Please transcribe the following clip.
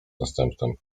następnym